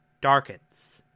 darkens